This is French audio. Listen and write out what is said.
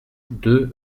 deux